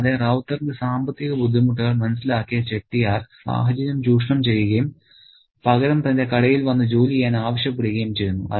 കൂടാതെ റൌത്തറിന്റെ സാമ്പത്തിക ബുദ്ധിമുട്ടുകൾ മനസ്സിലാക്കിയ ചെട്ടിയാർ സാഹചര്യം ചൂഷണം ചെയ്യുകയും പകരം തന്റെ കടയിൽ വന്ന് ജോലി ചെയ്യാൻ ആവശ്യപ്പെടുകയും ചെയ്യുന്നു